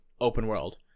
open-world